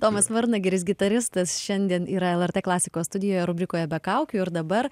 tomas varnagiris gitaristas šiandien yra lrt klasikos studijoje rubrikoje be kaukių ir dabar